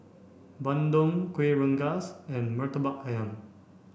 Bandung Kueh Rengas and Murtabak Ayam